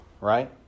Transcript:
right